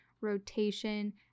rotation